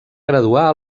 graduar